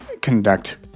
conduct